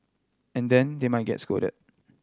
and then they might get scolded